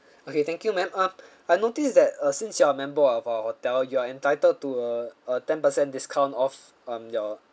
okay thank you ma'am um I noticed that uh since you are a member of our hotel you are entitled to uh a ten percent discount off um your